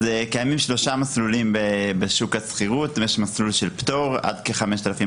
קיימים שלושה מסלולים בשוק השכירות: מסלול של פטור עד 5,000 שקלים,